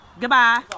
Goodbye